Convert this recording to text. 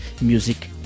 music